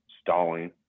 stalling